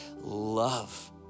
love